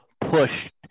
pushed